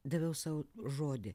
daviau sau žodį